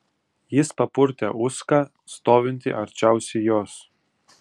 ji papurtė uską stovintį arčiausiai jos